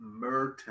Merton